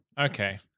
Okay